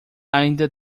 ainda